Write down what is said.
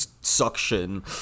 suction